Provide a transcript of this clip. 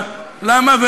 למה?